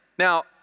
Now